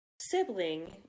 sibling